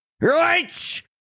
Right